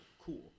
Cool